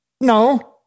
No